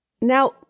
Now